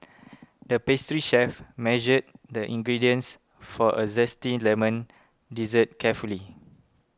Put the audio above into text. the pastry chef measured the ingredients for a Zesty Lemon Dessert carefully